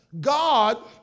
God